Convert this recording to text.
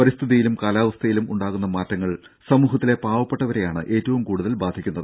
പരിസ്ഥിതിയിലും കാലാവസ്ഥയിലും ഉണ്ടാകുന്ന മാറ്റങ്ങൾ സമൂഹത്തിലെ പാവപ്പെട്ടവരെയാണ് ഏറ്റവും കൂടുതൽ ബാധിക്കുന്നത്